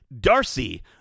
Darcy